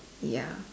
ya